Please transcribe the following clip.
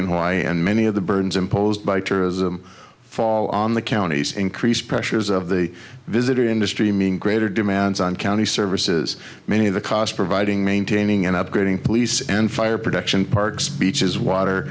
in hawaii and many of the burns imposed by tourism fall on the county's increased pressures of the visitor industry mean greater demands on county services many of the costs providing maintaining and upgrading police and fire protection parks beaches water